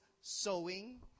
sowing